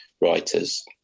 writers